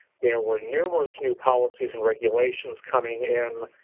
there were numerous new policies and regulations coming in